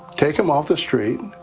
take them off the street,